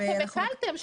אתם הקלתם.